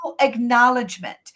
acknowledgement